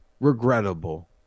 Regrettable